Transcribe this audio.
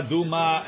Duma